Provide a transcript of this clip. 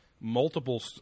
multiple